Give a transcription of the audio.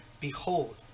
Behold